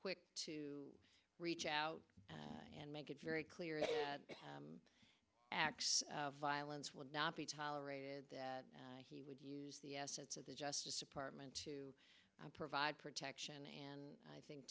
quick to reach out and make it very clear that acts of violence would not be tolerated that he would use the assets of the justice department to provide protection and i think